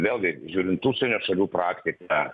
vėlgi žiūrint užsienio šalių praktiką